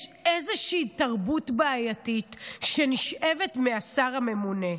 יש איזושהי תרבות בעייתית שנשאבת מהשר הממונה.